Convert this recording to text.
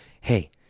Hey